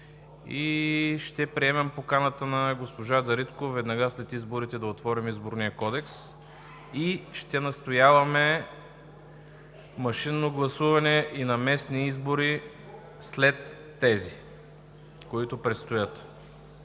и ще приемем поканата на госпожа Дариткова веднага след изборите да отворим Изборния кодекс и ще настояваме машинно гласуване и на местни избори след тези, които предстоят.